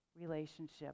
relationship